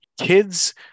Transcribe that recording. kids